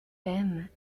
aimes